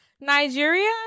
Nigeria